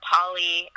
Polly